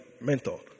mentor